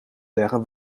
leggen